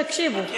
תקשיבו.